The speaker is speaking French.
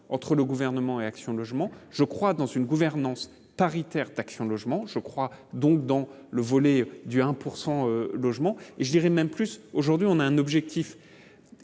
entre le gouvernement et Action logement je crois dans une gouvernance paritaire Action Logement je crois donc dans le volet du 1 pourcent logement et je dirais même plus aujourd'hui, on a un objectif